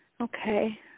Okay